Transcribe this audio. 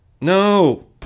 No